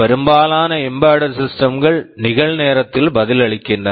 பெரும்பாலான embedded systems embedded systems கள் நிகழ்நேரத்தில் பதிலளிக்கின்றன